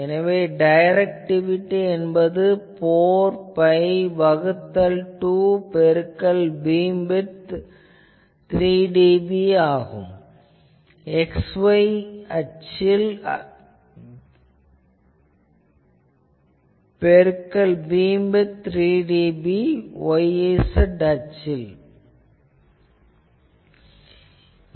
எனவே டைரக்டிவிட்டி என்பது 4 பை வகுத்தல் 2 பெருக்கல் பீம்விட்த் 3dB x y அச்சில் பெருக்கல் பீம்விட்த் 3dB y z அச்சில் ஆகும்